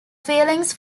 feelings